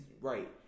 Right